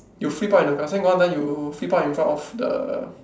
you flip out in the class then got one time you flip out in front of the